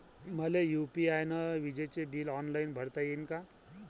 मले यू.पी.आय न विजेचे बिल ऑनलाईन भरता येईन का?